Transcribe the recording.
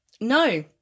No